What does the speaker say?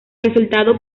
resultado